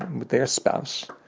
with their spouses,